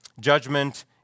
Judgment